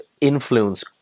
influence